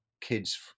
kids